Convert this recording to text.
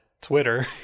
Twitter